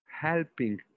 helping